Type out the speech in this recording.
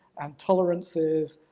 and tolerances,